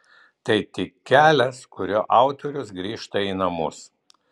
tai tik kelias kuriuo autorius grįžta į namus